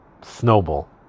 snowball